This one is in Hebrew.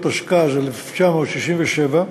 התשכ"ז 1967,